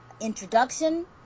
introduction